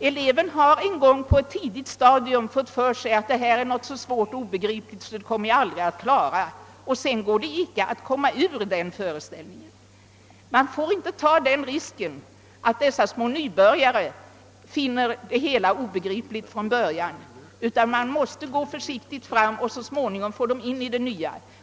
eleven har en gång på ett tidigt stadium fått för sig att matematik är något svårt och obegripligt, som han aldrig kommer att klara, och sedan går det inte att få honom ur den föreställningen. Vi får inte ta den risken att nybörjarna finner matematiken obegriplig från början, utan vi måste gå försiktigt fram och så småningom få in eleverna i det nya systemet.